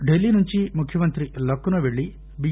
ఢిల్లీ నుంచి ముఖ్యమంత్రి లక్నో పెళ్ళి చి